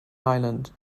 island